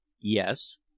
yes